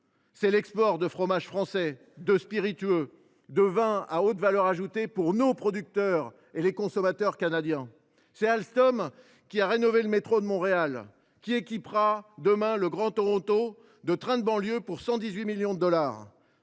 C’est l’export de fromages français, de spiritueux, de vins à haute valeur ajoutée pour nos producteurs et pour les consommateurs canadiens. C’est Alstom, qui a rénové le métro de Montréal et qui équipera demain le Grand Toronto de trains de banlieue, pour 118 millions de dollars.